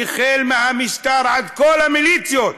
מהמשטר עד כל המיליציות,